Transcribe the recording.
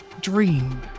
dream